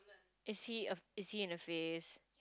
is he is he in a phase